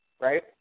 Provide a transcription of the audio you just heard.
right